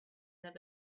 their